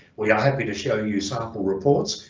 we are happy to show you sample reports,